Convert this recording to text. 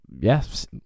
yes